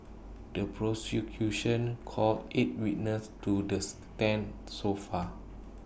the prosecution called eight witnesses to the stand so far